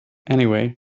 anyway